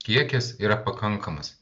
kiekis yra pakankamas